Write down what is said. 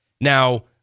Now